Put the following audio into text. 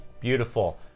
Beautiful